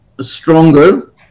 stronger